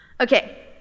Okay